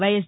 YS